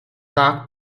dark